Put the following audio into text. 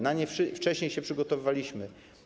Na nie wcześniej się przygotowywaliśmy.